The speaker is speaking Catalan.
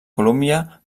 columbia